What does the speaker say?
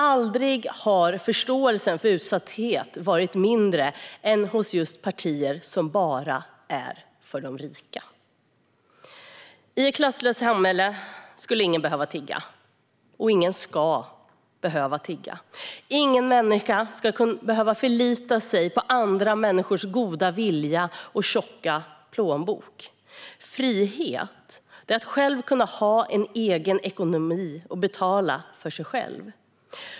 Aldrig har förståelse för utsatthet varit mindre än hos just partier som bara är för de rika. I ett klasslöst samhälle skulle ingen behöva tigga. Och ingen ska behöva tigga. Ingen människa ska behöva förlita sig på andra människors goda vilja och tjocka plånbok. Frihet är att själv kunna ha en egen ekonomi och betala för sig själv.